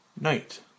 Night